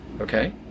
okay